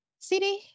city